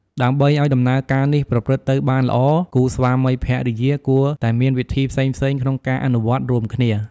ដើម្បីឲ្យដំណើរការនេះប្រព្រឹត្តទៅបានល្អ គូស្វាមីភរិយាគួរតែមានវីធីផ្សេងៗក្នុងការអនុវត្តរួមគ្នា។